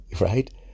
Right